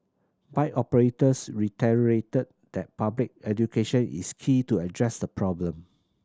bike operators that public education is key to address the problem